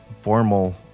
formal